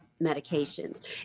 medications